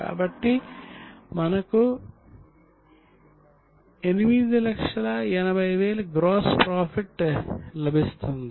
కాబట్టి మనకు 880000 gross profit లభిస్తుంది